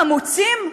חמוצים?